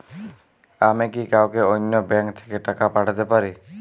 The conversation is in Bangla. আমি কি কাউকে অন্য ব্যাংক থেকে টাকা পাঠাতে পারি?